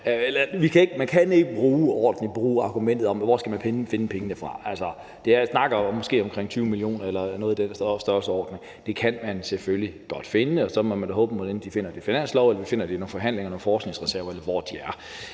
man kan ikke på ordentlig vis bruge argumentet: Hvor skal man finde pengene henne? Altså, vi snakker om måske 20 mio. kr. eller noget i den størrelsesorden. Det kan man selvfølgelig godt finde, og så må man da håbe, at de enten finder det i finansloven, eller vi finder det i nogle forhandlinger, f.eks. om forskningsreserven, eller hvor de nu